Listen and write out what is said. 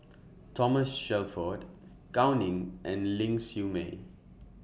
Thomas Shelford Gao Ning and Ling Siew May